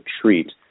treat